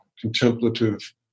contemplative